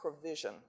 provision